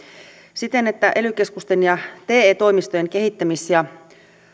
siten että ely keskusten ja te toimistojen kehittämis ja